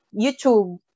YouTube